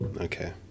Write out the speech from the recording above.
okay